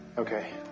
okay.